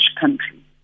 country